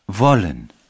Wollen